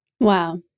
Wow